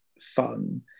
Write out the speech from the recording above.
Fun